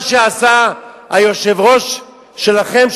מה שעשה היושב-ראש שלכם,